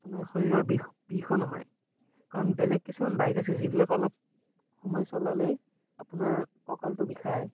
আপোনাৰ শৰীৰৰ বিষো নহয় কাৰণ বেলেগ কিছুমান বাইক আছে যিবিলাক অলপ সময় চলালেই আপোনাৰ কঁকালটো বিষায়